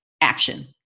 action